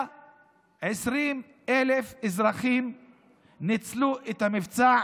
120,000 אזרחים ניצלו את המבצע,